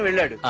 lord